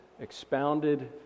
expounded